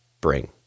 bring